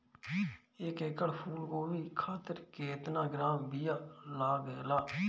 एक एकड़ फूल गोभी खातिर केतना ग्राम बीया लागेला?